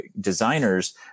designers